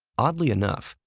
oddly enough,